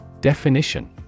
Definition